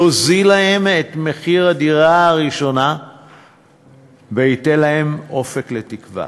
יוזיל להם את מחיר הדירה הראשונה וייתן להם אופק לתקווה.